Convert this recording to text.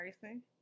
person